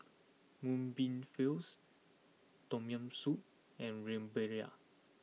Mung Bean Fills Tom Yam Soup and Rempeyek